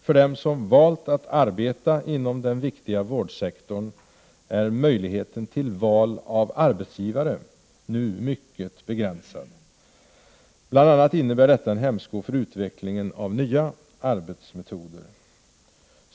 För dem som valt att arbeta inom den viktiga vårdsektorn är möjligheten till val av arbetsgivare nu mycket begränsad. Bl.a. innebär detta en hämsko för utvecklingen av nya arbetsmetoder.